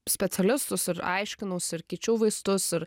specialius ir aiškinausi ir keičiau vaistus ir